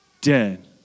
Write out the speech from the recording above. dead